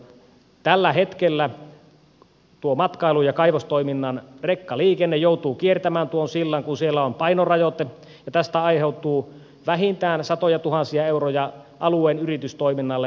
tällä hetkellä matkailu ja kaivostoiminnan rekkaliikenne joutuu kiertämään tuon sillan kun siellä on painorajoite ja tästä aiheutuu vähintään satojatuhansia euroja alueen yritystoiminnalle lisäkustannuksia